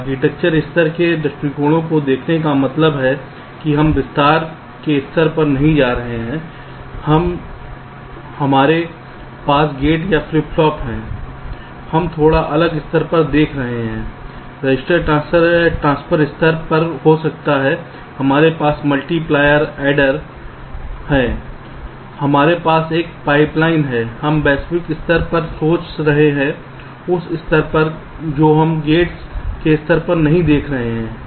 architecture स्तर के दृष्टिकोण को देखने का मतलब है कि हम विस्तार के स्तर पर नहीं देख रहे हैं जहां हमारे पास गेट और फ्लिप फ्लॉप हैं हम थोड़ा अलग स्तर पर देख रहे हैं रजिस्टर ट्रांसफर स्तर पर हो सकता है हमारे पास मल्टीप्लायर एडर multipliers adders हैं हमारे पास एक पाइपलाइन है हम वैश्विक स्तर पर सोच रहे हैं उस स्तर पर जो हम गेट्स के स्तर पर नहीं देख रहे हैं